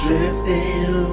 Drifting